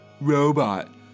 Robot